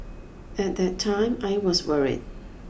at that time I was worried